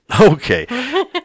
okay